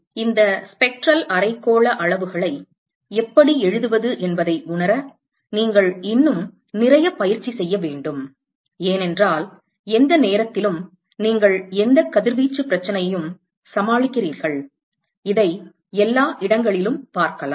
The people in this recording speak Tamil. எனவே இந்த ஸ்பெக்ட்ரல் அரைக்கோள அளவுகளை எப்படி எழுதுவது என்பதை உணர நீங்கள் இன்னும் நிறைய பயிற்சி செய்ய வேண்டும் ஏனென்றால் எந்த நேரத்திலும் நீங்கள் எந்த கதிர்வீச்சு பிரச்சனையையும் சமாளிக்கிறீர்கள் இதை எல்லா இடங்களிலும் பார்க்கலாம்